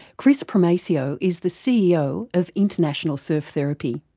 kris primacio is the ceo of international surf therapy.